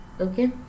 Okay